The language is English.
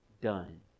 done